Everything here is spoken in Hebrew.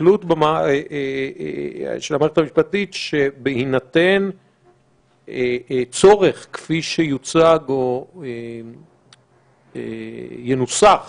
ההסתכלות של המערכת המשפטית שבהינתן צורך כפי שיוצג או כפי שינוסח